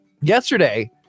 yesterday